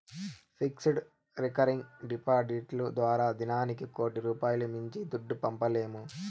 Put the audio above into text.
fixed, recurring డిపాడిట్లు ద్వారా దినానికి కోటి రూపాయిలు మించి దుడ్డు పంపలేము